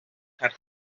carchar